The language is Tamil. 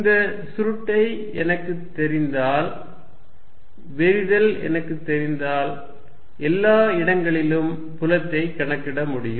இந்த சுருட்டை எனக்குத் தெரிந்தால் விரிதல் எனக்குத் தெரிந்தால் எல்லா இடங்களிலும் புலத்தை கணக்கிட முடியும்